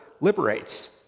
liberates